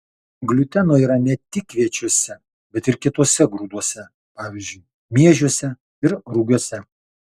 gliuteno yra ne tik kviečiuose bet ir kituose grūduose pavyzdžiui miežiuose ir rugiuose